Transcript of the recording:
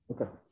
Okay